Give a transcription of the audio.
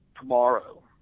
tomorrow